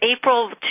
April